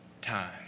time